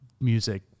music